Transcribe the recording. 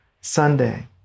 Sunday